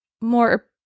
more